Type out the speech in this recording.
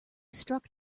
struck